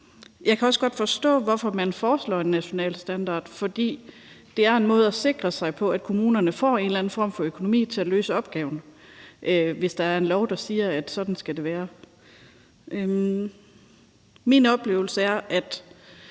Jeg kan også godt forstå, hvorfor man foreslår en national standard, for det er en måde at sikre, at kommunerne får en eller anden form for økonomi til at løse opgaven, altså hvis der er en lov, der siger, at sådan skal det være. Min oplevelse ude i